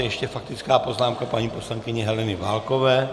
Ještě faktická poznámka paní poslankyně Heleny Válkové.